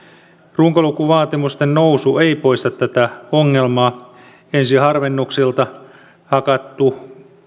runkolukuvaatimusten nousu ei poista tätä ongelmaa ensiharvennukselta hakattua